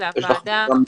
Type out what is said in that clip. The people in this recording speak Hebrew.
זו הוועדה.